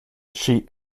she